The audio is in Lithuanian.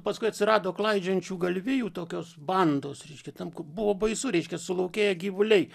paskui atsirado klaidžiojančių galvijų tokios bandos reiškia ten kur buvo baisu reiškia sulaukėję gyvuliai